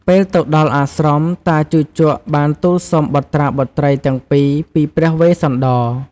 ពេលទៅដល់អាស្រមតាជូជកបានទូលសុំបុត្រាបុត្រីទាំងពីរ ពីព្រះវេស្សន្តរ។